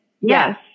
Yes